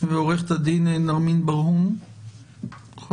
עורכת הדין נרמין ברהום מהלשכה